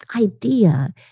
idea